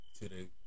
today